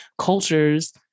cultures